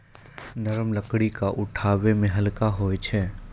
नरम लकड़ी क उठावै मे हल्का होय छै